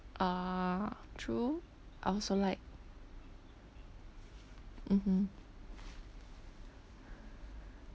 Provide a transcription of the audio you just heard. ah true I also like mmhmm